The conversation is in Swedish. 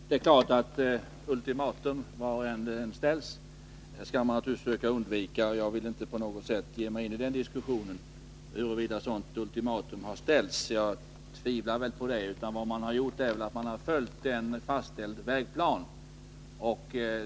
Herr talman! Ultimatum skall naturligtvis undvikas. Jag vill inte på något sätt ge mig ini en diskussion om huruvida ett sådant ultimatum har ställts. Jag tror inte att det förhåller sig så. Vad man har gjort är väl att man har följt en fastställd vägplan.